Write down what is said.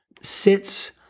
sits